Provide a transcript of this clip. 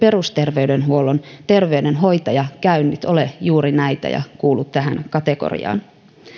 perusterveydenhuollon terveydenhoitajakäynnit ole juuri näitä ja kuulu tähän kategoriaan